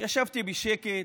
ישבתי בשקט,